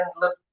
look